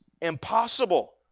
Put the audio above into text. impossible